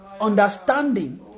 understanding